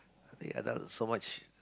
ya that was so much